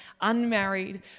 unmarried